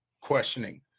questioning